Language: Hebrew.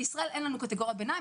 בישראל אין לנו קטגוריית ביניים,